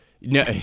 No